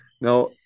Now